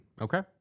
Okay